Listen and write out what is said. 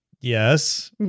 Yes